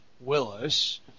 Willis